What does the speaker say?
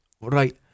Right